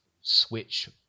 switch